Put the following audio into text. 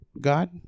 god